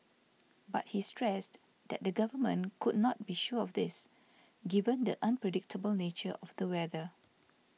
but he stressed that the Government could not be sure of this given the unpredictable nature of the weather